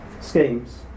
schemes